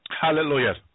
Hallelujah